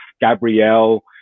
Gabrielle